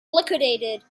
liquidated